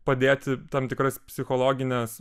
padėti tam tikras psichologines